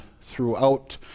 throughout